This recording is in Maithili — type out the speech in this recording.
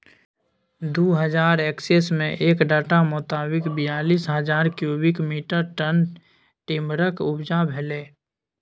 दु हजार एक्कैस मे एक डाटा मोताबिक बीयालीस हजार क्युबिक मीटर टन टिंबरक उपजा भेलै